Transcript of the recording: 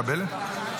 מקבלת?